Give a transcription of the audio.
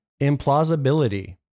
Implausibility